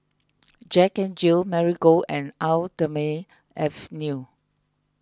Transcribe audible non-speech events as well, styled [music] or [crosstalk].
[noise] Jack N Jill Marigold and Eau thermale Avene